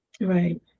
right